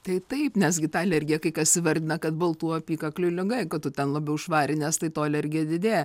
tai taip nes gi tą alergiją kai kas įvardina kad baltų apykaklių liga kad tu ten labiau švarinies tai tau alergija didėja